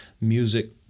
music